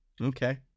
Okay